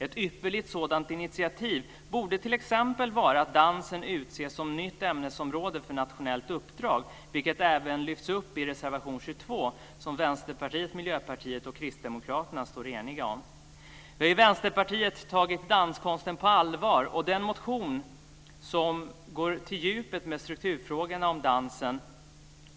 Ett ypperligt sådant initiativ borde t.ex. vara att dansen utses som nytt ämnesområde för nationellt uppdrag, vilket även lyfts upp i reservation 22 som Vänsterpartiet, Miljöpartiet och Kristdemokraterna står eniga om. Vi har i Vänsterpartiet tagit danskonsten på allvar. Den motion som går till djupet med strukturfrågorna om dansen